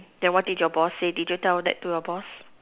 then what did your boss say did you tell that to your boss